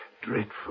Dreadful